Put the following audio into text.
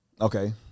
okay